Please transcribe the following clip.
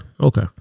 okay